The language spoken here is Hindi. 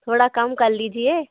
थोड़ा कम कर लीजिए